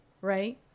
right